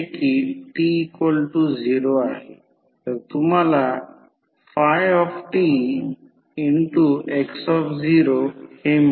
म्हणून no load current I0 देखील फ्लक्ससोबत फेजमध्ये आहे आणि जर लॉसकडे दुर्लक्ष केले तर I0 प्रत्यक्षात V1 पासून 90 o ने मागे पडेल जर लॉसकडे पूर्णपणे दुर्लक्षित केले गेले असेल तर